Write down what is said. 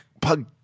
Pug